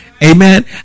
Amen